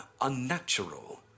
unnatural